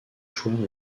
joueurs